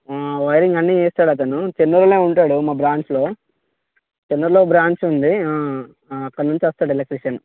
wiring అన్నీ చేస్తాడు అతను చెన్నూరులో ఉంటాడు మా బ్రాంచ్లో చెన్నూరులో బ్రాంచ్ ఉంది అక్కడ నుంచి వస్తాడు ఎలక్ట్రిషన్